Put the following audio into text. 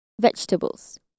vegetables